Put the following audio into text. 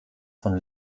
von